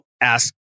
ask